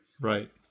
right